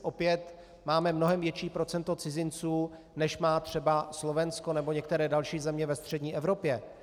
Opět máme mnohem větší procento cizinců, než má třeba Slovensko nebo některé další země ve střední Evropě.